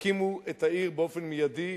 תקימו את העיר באופן מיידי,